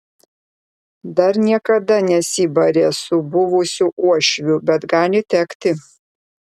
dar niekada nesibarė su buvusiu uošviu bet gali tekti